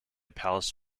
palace